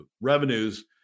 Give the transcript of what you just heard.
revenues